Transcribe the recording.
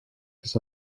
has